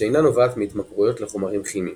שאינה נובעת מהתמכרויות לחומרים כימיים.